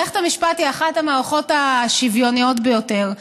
מערכת המשפט היא אחת המערכות השוויוניות ביותר.